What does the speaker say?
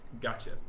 gotcha